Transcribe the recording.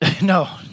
No